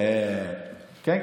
תגיד לי,